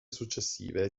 successive